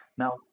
Now